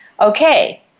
okay